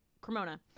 Cremona